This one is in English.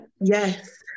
yes